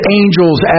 angels